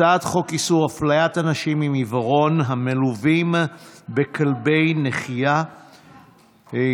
הצעת חוק איסור הפליית אנשים עם עיוורון המלווים בכלבי נחייה (תיקון,